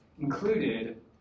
included